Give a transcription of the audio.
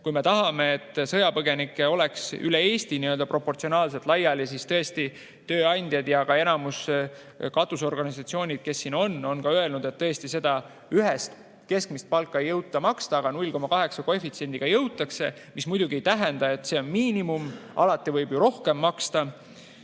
Kui me tahame, et sõjapõgenikud oleks üle Eesti proportsionaalselt laiali, siis tõesti tööandjad ja ka enamik katusorganisatsioone, kes siin on, on öelnud, et seda ühest keskmist palka ei jõuta maksta, aga 0,8‑lise koefitsiendiga jõutakse. See muidugi ei tähenda[, et rohkem ei võiks maksta]. See on miinimum, alati võib rohkem maksta.